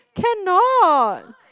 cannot